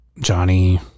Johnny